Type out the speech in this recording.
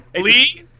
Lee